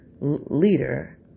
leader